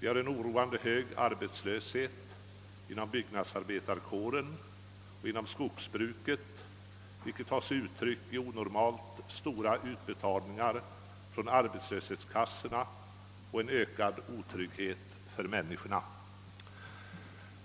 Vi har en oroande hög arbetslöshet inom byggnadsarbetarkåren och inom skogsbruket, vilket tar sig uttryck i onormalt stora utbetalningar från arbetslöshetskassorna och en ökad otrygghet för människorna.